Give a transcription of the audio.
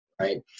right